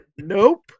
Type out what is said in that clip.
nope